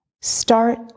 start